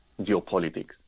geopolitics